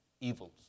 evils